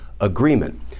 agreement